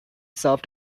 solved